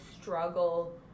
struggle